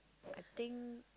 I think